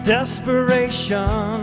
Desperation